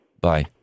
bye